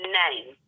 name